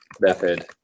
method